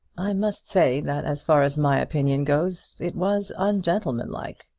i must say, that as far as my opinion goes, it was ungentlemanlike.